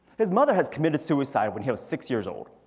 his mother has committed suicide when he was six years old.